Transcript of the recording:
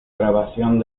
grabación